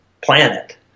planet